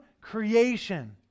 creation